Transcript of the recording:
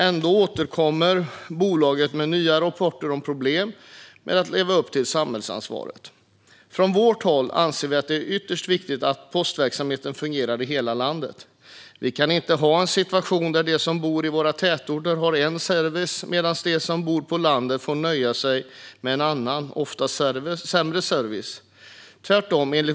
Ändå återkommer bolaget med nya rapporter om problem med att leva upp till detta ansvar. Vi anser att det är ytterst viktigt att postverksamheten fungerar i hela landet. Sverige kan inte ha en situation där de som bor i våra tätorter har en sorts service medan de som bor på landet får nöja sig med en annan, ofta sämre, service.